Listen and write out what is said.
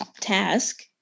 task